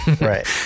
Right